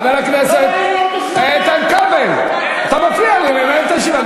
חבר הכנסת איתן כבל, אתה מפריע לי לנהל את הישיבה.